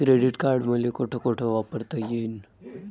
Credit card मले कोठ कोठ वापरता येईन?